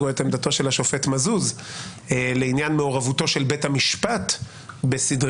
או את עמדתו של השופט מזוז לעניין מעורבתו של בית המשפט בסדרים,